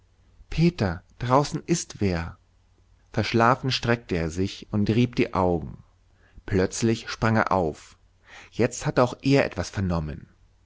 peter draußen ist wer verschlafen streckte er sich und rieb die augen plötzlich sprang er auf jetzt hatte auch er etwas vernommen